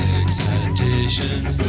excitations